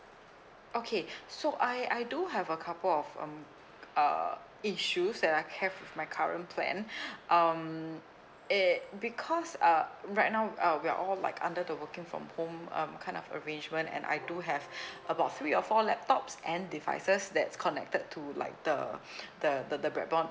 okay so I I do have a couple of um uh issues that I have with my current plan um it because uh right now uh we are all like under the working from home um kind of arrangement and I do have about three or four laptops and devices that's connected to like the the the the broadband